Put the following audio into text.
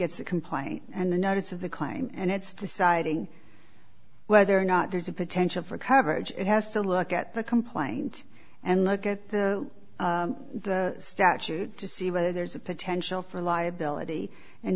gets a complying and the notice of the claim and it's deciding whether or not there's a potential for coverage it has to look at the complaint and look at the statute to see whether there's a potential for liability and